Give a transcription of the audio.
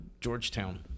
Georgetown